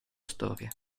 storia